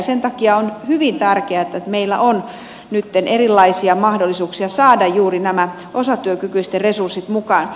sen takia on hyvin tärkeätä että meillä on nyt erilaisia mahdollisuuksia saada juuri osatyökykyisten resurssit mukaan